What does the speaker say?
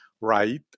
right